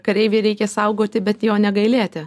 kareivį reikia saugoti bet jo negailėti